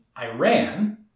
Iran